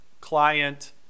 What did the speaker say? client